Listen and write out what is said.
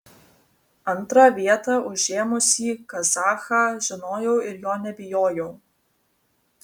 antrą vietą užėmusį kazachą žinojau ir jo nebijojau